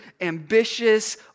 ambitious